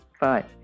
Bye